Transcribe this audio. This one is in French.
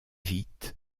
vite